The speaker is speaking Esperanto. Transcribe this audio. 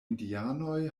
indianoj